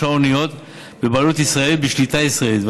אניות בבעלות ישראלית ובשליטה ישראלית,